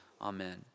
Amen